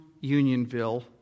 Unionville